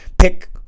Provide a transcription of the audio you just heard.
Pick